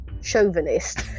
chauvinist